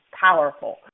powerful